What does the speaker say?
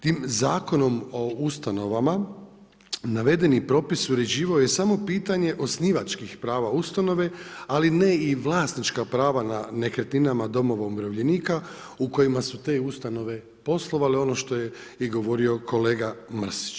Tim Zakonom o ustanovama navedeni propis uređivanja je samo pitanje osnivačkih prava ustanove ali ne i vlasnička prava na nekretnine domova umirovljenika u kojima su te ustanove poslovale, ono što je govorio i kolega Mrsić.